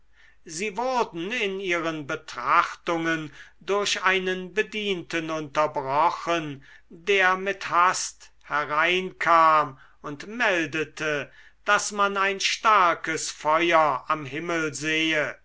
sie wurden in ihren betrachtungen durch einen bedienten unterbrochen der mit hast hereinkam und meldete daß man ein starkes feuer am himmel sehe